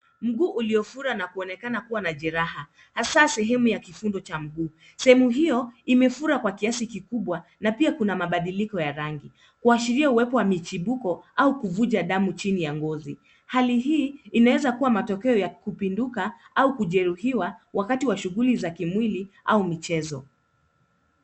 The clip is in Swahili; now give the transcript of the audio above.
Mguu uliofura na kuonekana na jeraha, hasa sehemu ya kifungo cha mguu. Sehemu hiyo imefura kwa kiasi kikubwa. Na pia kuna mabadiliko ya rangi. kuashiria uwepo wa michibuko au kuvuja damu chini ya ngozi. Hali hii inawezakuwa matokeo ya kupinduka, au kujeruhiwa wakati wa shughuli za kimwili au michezo.